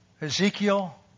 Ezekiel